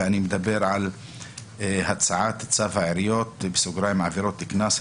לדבר על הצעת צו העיריות (עבירות קנס),